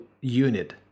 unit